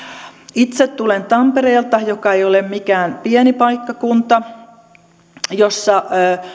itse tulen tampereelta joka ei ole mikään pieni paikkakunta ja jossa